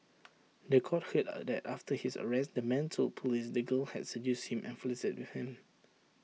The Court heard that after his arrest the man told Police the girl had seduced him and flirted with him